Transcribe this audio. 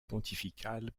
pontifical